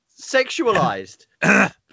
sexualized